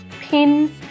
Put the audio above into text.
pin